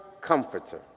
comforter